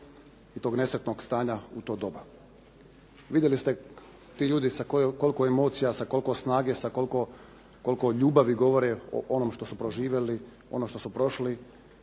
i tog nesretnog stanja u to doba. Vidjeli ste, ti ljudi sa koliko emocija, sa koliko snage, sa koliko ljubavi govore o onom što su proživjeli, ono što su prošli